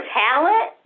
talent